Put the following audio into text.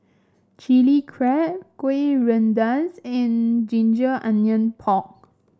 Chili Crab kueh rendas and ginger onion pork